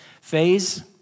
phase